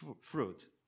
fruit